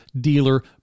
dealer